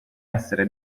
essere